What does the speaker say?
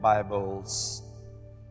Bibles